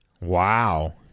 Wow